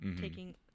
taking